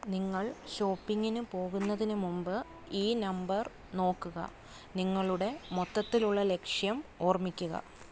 നിങ്ങൾ ഷോപ്പിംഗിന് പോകുന്നതിനു മുമ്പ് ഈ നമ്പർ നോക്കുക നിങ്ങളുടെ മൊത്തത്തിലുള്ള ലക്ഷ്യം ഓർമ്മിക്കുക